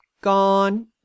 Gone